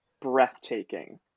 breathtaking